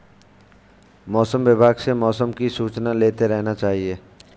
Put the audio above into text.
मौसम विभाग से मौसम की सूचना लेते रहना चाहिये?